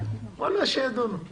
ואללה שידונו שם.